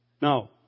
Now